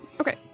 Okay